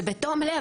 שבתום לב,